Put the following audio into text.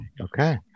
Okay